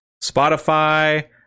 Spotify